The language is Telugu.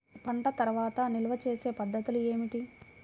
పంట తర్వాత నిల్వ చేసే పద్ధతులు ఏమిటి?